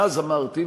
ואז אמרתי,